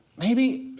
maybe,